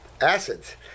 acids